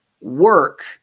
work